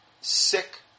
sick